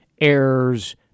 errors